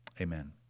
Amen